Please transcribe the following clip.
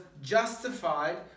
justified